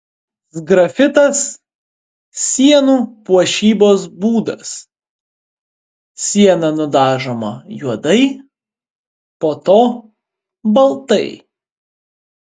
sgrafitas sienų puošybos būdas siena nudažoma juodai po to baltai